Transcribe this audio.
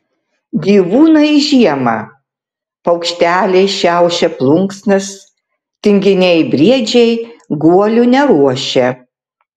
gyvūnai žiemą paukšteliai šiaušia plunksnas tinginiai briedžiai guolių neruošia